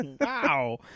Wow